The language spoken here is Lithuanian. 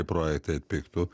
projektai atpigtų